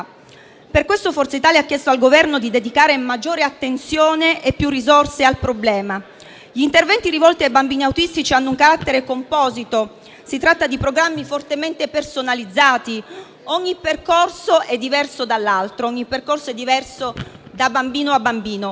Per questo, Forza Italia ha chiesto al Governo di dedicare maggiore attenzione e più risorse al problema. Gli interventi rivolti ai bambini autistici hanno un carattere composito. Si tratta di programmi fortemente personalizzati. Ogni percorso è diverso dall'altro; ogni percorso è diverso da bambino a bambino.